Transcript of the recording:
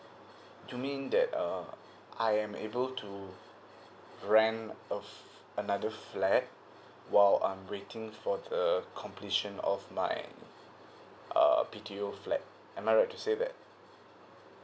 you mean the uh I am able to a another flat while I'm waiting for the completion of my uh B_T_O flat am I right to say that